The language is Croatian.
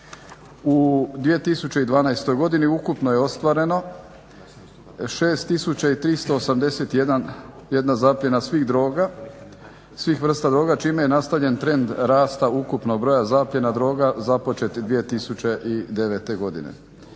U 2012. godini ukupno je ostvareno 6381 zapljena svih vrsta droga čime je nastavljen trend rasta ukupnog broja zapljena droga započet 2009. godine.